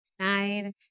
side